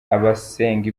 abasenga